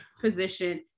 position